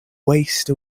waste